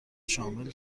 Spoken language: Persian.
شامل